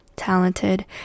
talented